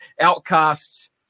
outcasts